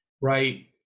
Right